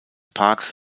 parks